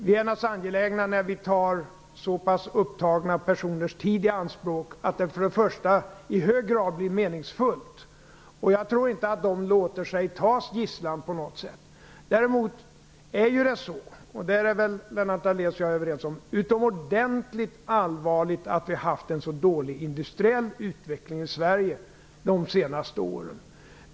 Vi är naturligtvis angelägna om att när vi tar så pass upptagna människors tid i anspråk att diskussionerna blir meningsfulla. Jag tror inte att de på något sätt låter sig tas som gisslan. Däremot är Lennart Daléus och jag överens om att det är utomordentligt allvarligt att det har varit en så dålig industriell utveckling i Sverige de senaste åren.